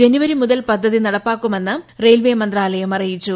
ജനുവരി മുതൽ പദ്ധതി നടപ്പാക്കുമെന്ന് റെയിൽവേ മന്ത്രാലയം അറിയിച്ചു